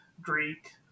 Greek